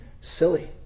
silly